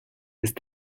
ist